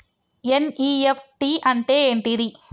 NEFT అంటే ఏంటిది?